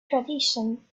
tradition